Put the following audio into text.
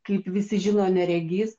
kaip visi žino neregys